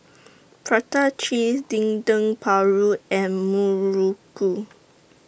Prata Cheese Dendeng Paru and Muruku